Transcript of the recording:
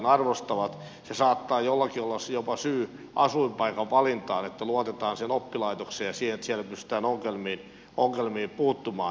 se saattaa jollakin olla jopa syy asuinpaikan valintaan että luotetaan siihen oppilaitokseen ja siihen että siellä pystytään ongelmiin puuttumaan